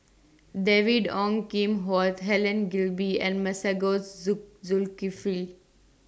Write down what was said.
David Ong Kim Huat Helen Gilbey and Masagos Zulkifli